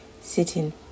sitting